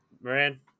Moran